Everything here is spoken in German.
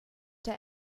der